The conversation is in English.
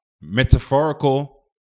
metaphorical